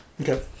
Okay